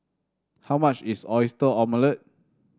how much is Oyster Omelette